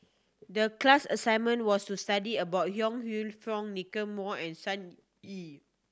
the class assignment was to study about Yong Lew Foong Nicky Moey and Sun Yee